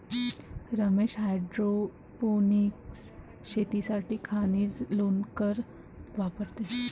Ramesh hydroponics शेतीसाठी खनिज लोकर वापरतो